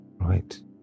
right